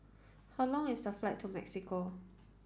how long is the flight to Mexico